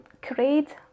create